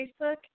Facebook